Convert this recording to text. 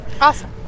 Awesome